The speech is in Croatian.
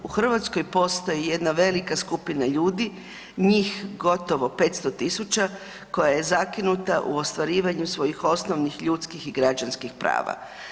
U Hrvatskoj postoji jedna velika skupina ljudi, njih gotovo 500 000 koja je zakinuta u ostvarivanju svojih osnovnih ljudskih i građanskih prava.